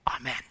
Amen